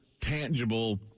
tangible